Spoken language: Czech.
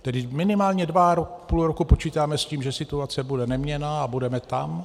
Tedy minimálně dva a půl roku počítáme s tím, že situace bude neměnná a budeme tam.